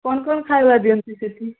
କ'ଣ କ'ଣ ଖାଇବା ଦିଅନ୍ତି ସେଠି